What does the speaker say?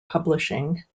publishing